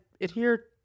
adhere